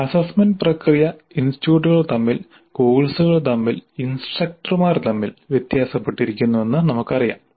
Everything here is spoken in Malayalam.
അസ്സസ്സ്മെന്റ് പ്രക്രിയ ഇൻസ്റ്റിറ്റ്യൂട്ടുകൾ തമ്മിൽ കോഴ്സുകൾ തമ്മിൽ ഇൻസ്ട്രക്ടറുമാർ തമ്മിൽ വ്യത്യാസപ്പെട്ടിരിക്കുന്നുവെന്ന് നമുക്കറിയാം